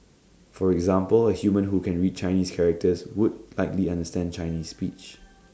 for example A human who can read Chinese characters would likely understand Chinese speech